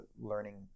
learning